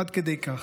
עד כדי כך.